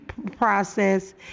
process